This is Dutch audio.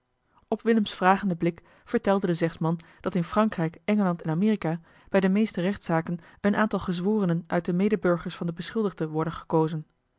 willems vragenden blik vertelde de zegsman dat in frankrijk engeland en amerika bij de meeste rechtszaken een aantal geeli heimans willem roda zworenen uit de medeburgers van den beschuldigde worden gekozen